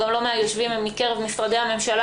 גם לא מהיושבים מקרב משרדי הממשלה,